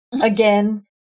again